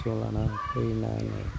मोसौखौ लाना फैना